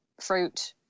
fruit